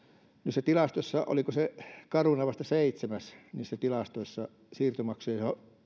oliko caruna vasta seitsemäs niissä tilastoissa siirtomaksujen